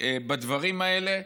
בדברים האלה,